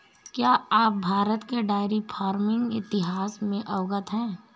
क्या आप भारत के डेयरी फार्मिंग इतिहास से अवगत हैं?